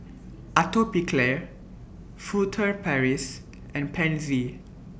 Atopiclair Furtere Paris and Pansy